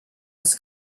his